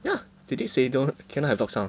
yeah they did say don't cannot have dogs sound [what]